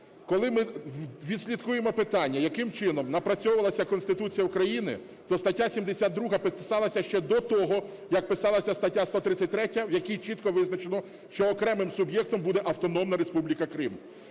коли ми відслідкуємо питання, яким чином напрацьовувалася Конституція України, то стаття 72 писалася ще до того, як писалася стаття 133, в якій чітко визначено, що окремим суб'єктом буде Автономна Республіка Крим.